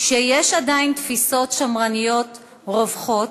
שיש עדיין תפיסות שמרניות רווחות,